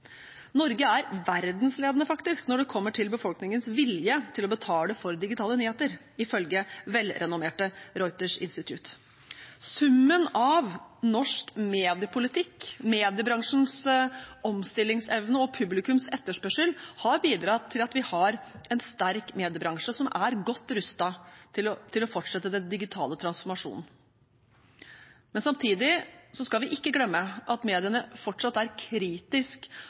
Norge er faktisk verdensledende når det gjelder befolkningens vilje til å betale for digitale nyheter, ifølge velrenommerte Reuters Institute. Summen av norsk mediepolitikk, mediebransjens omstillingsevne og publikums etterspørsel har bidratt til at vi har en sterk mediebransje som er godt rustet til å fortsette den digitale transformasjonen. Samtidig skal vi ikke glemme at mediene fortsatt er kritisk